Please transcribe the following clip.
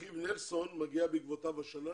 אחיו, נלסון, מגיע בעקבותיו השנה